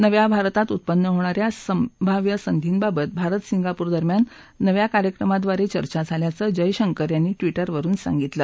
नवी भारतात उत्पन्न होणा या संभाव्य संधीबाबत भारत सिंगापूर दरम्यान नव्या कार्यक्रमाद्वारचिर्चा झाल्याचं जयशंकर यांनी ट्विटरवरुन सांगितलं